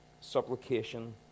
supplication